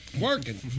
Working